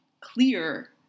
clear